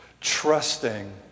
trusting